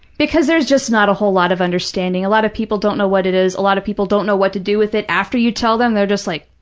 because there's just not a whole lot of understanding. a lot of people don't know what it is. a lot of people don't know what to do with it after you tell them. they're just like,